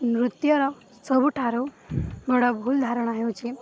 ନୃତ୍ୟର ସବୁଠାରୁ ବଡ଼ ଭୁଲ୍ ଧାରଣା ହେଉଛି